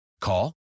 Call